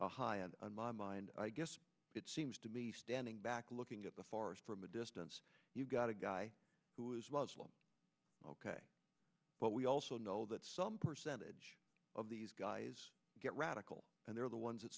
the high end in my mind i guess it seems to me standing back looking at the forest from a distance you've got a guy who is muslim but we also know that some percentage of these guys get radical and they're the ones that